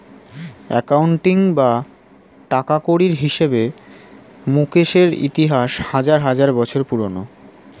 accounting বা টাকাকড়ির হিসেবে মুকেশের ইতিহাস হাজার হাজার বছর পুরোনো